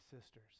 sisters